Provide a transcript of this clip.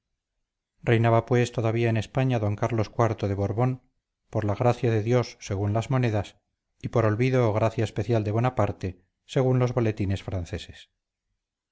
reinaba pues todavía en españa don carlos iv de borbón por la gracia de dios según las monedas y por olvido o gracia especial de bonaparte según los boletines franceses